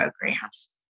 programs